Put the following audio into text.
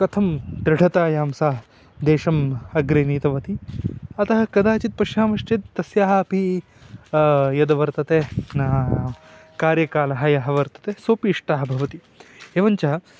कथं दृढतायां सा देशम् अग्रे नीतवती अतः कदाचित् पश्यामश्चेत् तस्याः अपि यद् वर्तते कार्यकालः यः वर्तते सोपि इष्टः भवति एवञ्च